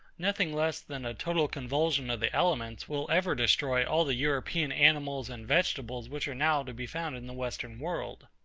nothing less than a total convulsion of the elements will ever destroy all the european animals and vegetables which are now to be found in the western world.